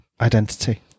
identity